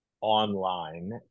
online